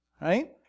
right